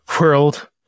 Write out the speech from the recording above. World